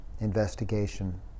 investigation